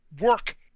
work